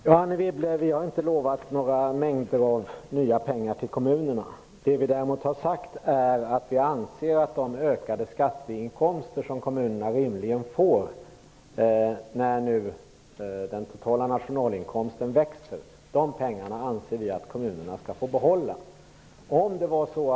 Fru talman! Vi har inte lovat några mängder av nya pengar till kommunerna, Anne Wibble. Vad vi däremot har sagt är att vi anser att kommunerna skall få behålla de ökningar av skatteinkomsterna som de rimligen får när den totala nationalinkomsten nu växer.